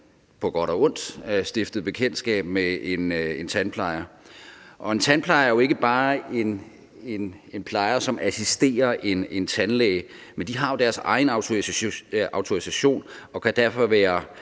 på godt og ondt stiftet bekendtskab med en tandplejer, og en tandplejer er jo ikke bare en plejer, som assisterer en tandlæge, men har deres egen autorisation og kan derfor,